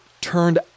turned